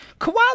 Kawhi